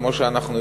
כמו שאנחנו יודעים,